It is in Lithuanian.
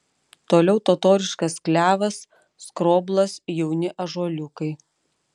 toliau totoriškas klevas skroblas jauni ąžuoliukai